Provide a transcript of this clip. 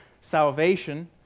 salvation